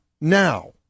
now